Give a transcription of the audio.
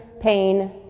pain